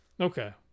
okay